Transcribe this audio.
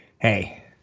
hey